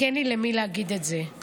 רק אין לי למי להגיד את זה.